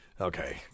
okay